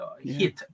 hit